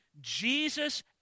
Jesus